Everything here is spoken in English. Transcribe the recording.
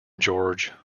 george